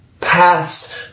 past